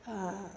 आ